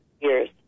years